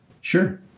sure